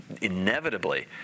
inevitably